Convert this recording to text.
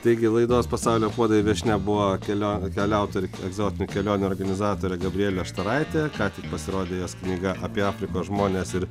taigi laidos pasaulio puodai viešnia buvo kelio keliautoja ir egzotinių kelionių organizatorė gabrielė štaraitė ką tik pasirodė jos knyga apie afrikos žmones ir